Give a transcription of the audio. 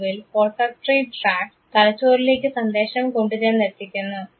ഒടുവിൽ olfactory tract തലച്ചോറിലേക്ക് സന്ദേശം കൊണ്ടുചെന്നെത്തിക്കുന്നു